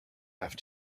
have